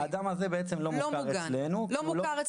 האדם הזה לא מוכר אצלנו,